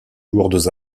lourdes